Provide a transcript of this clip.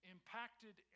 impacted